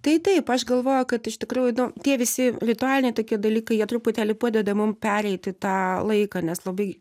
tai taip aš galvoju kad iš tikrųjų nu tie visi ritualiniai tokie dalykai jie truputėlį padeda mum pereiti tą laiką nes labai